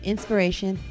Inspiration